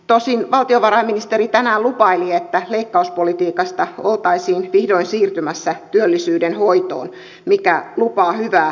tosin valtiovarainministeri tänään lupaili että leikkauspolitiikasta oltaisiin vihdoin siirtymässä työllisyyden hoitoon mikä lupaa hyvää uudelleenarviointia